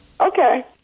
Okay